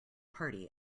party